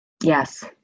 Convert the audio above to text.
Yes